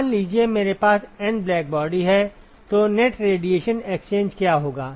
मान लीजिए मेरे पास N ब्लैकबॉडी है तो नेट रेडिएशन एक्सचेंज क्या होगा